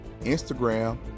Instagram